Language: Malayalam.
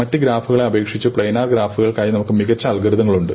മറ്റു ഗ്രാഫുകളെ അപേക്ഷിച്ചു പ്ലാനർ ഗ്രാഫുകൾക്കായി നമുക്ക് മികച്ച അൽഗോരിതങ്ങൾ ഉണ്ട്